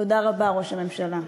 תודה רבה, ראש הממשלה.